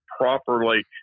properly